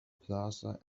plaza